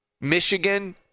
Michigan